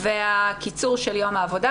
וקיצור יום העבודה,